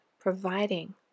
providing